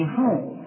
home